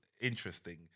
interesting